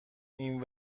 این